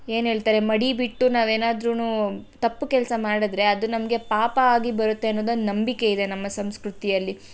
ಏನು ಹೇಳ್ತಾರೆ ಮಡಿ ಬಿಟ್ಟು ನಾವೇನಾದ್ರೂ ತಪ್ಪು ಕೆಲಸ ಮಾಡಿದ್ರೆ ಅದು ನಮಗೆ ಪಾಪ ಆಗಿ ಬರುತ್ತೆ ಅನ್ನೋದು ಒಂದು ನಂಬಿಕೆ ಇದೆ ನಮ್ಮ ಸಂಸ್ಕೃತಿಯಲ್ಲಿ